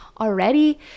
already